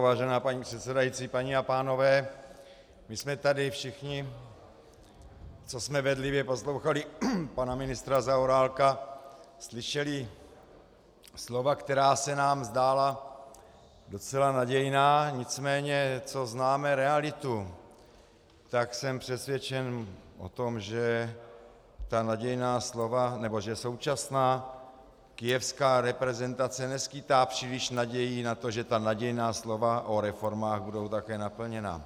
Vážená paní předsedající, paní a pánové, my jsme tady všichni, co jsme bedlivě poslouchali pana ministra Zaorálka, slyšeli slova, která se nám zdála docela nadějná, nicméně co známe realitu, tak jsem přesvědčen o tom, že ta nadějná slova, nebo že současná kyjevská reprezentace neskýtá příliš naději na to, že ta nadějná slova o reformách budou také naplněna.